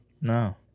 No